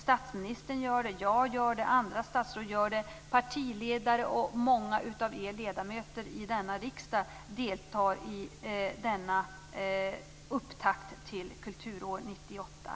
Statsministern gör det, jag gör det och andra statsråd gör det. Partiledare och många av er ledamöter i denna riksdag deltar i denna upptakt till Kulturår 98.